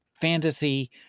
fantasy